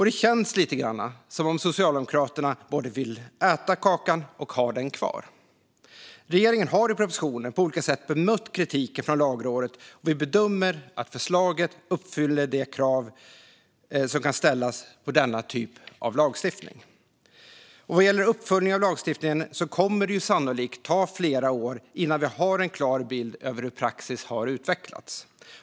Det känns lite grann som att Socialdemokraterna både vill äta kakan och ha den kvar. Regeringen har i propositionen på olika sätt bemött kritiken från Lagrådet, och vi bedömer att förslaget uppfyller de krav som kan ställas på denna typ av lagstiftning. Vad gäller uppföljningen av lagstiftningen kommer det sannolikt att ta flera år innan vi har en klar bild över hur praxis har utvecklats.